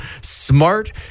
smart